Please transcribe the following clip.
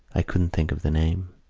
i couldn't think of the name.